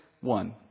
one